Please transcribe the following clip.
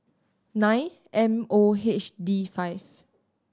nine M O H D five